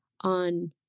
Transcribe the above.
on